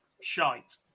shite